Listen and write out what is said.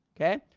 Okay